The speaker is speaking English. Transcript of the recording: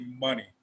money